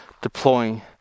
deploying